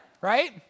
right